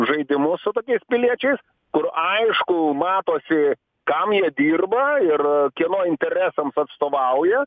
žaidimus su tokiais piliečiais kur aišku matosi kam jie dirba ir kieno interesams atstovauja